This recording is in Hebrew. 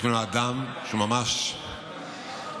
יש לנו אדם שממש עקבי,